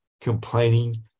Complaining